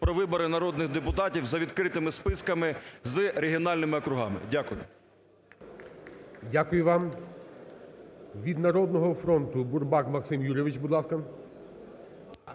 про вибори народних депутатів за відкритими списками з регіональними округами. Дякую. ГОЛОВУЮЧИЙ. Дякую вам. Від "Народного фронту" Бурбак Максим Юрійович. Будь ласка.